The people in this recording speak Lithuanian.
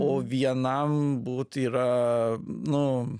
o vienam būt yra nu